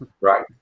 right